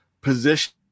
position